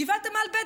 וגבעת עמל ב',